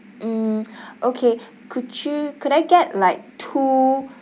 mm okay could you could I get like two